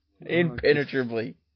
Impenetrably